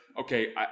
okay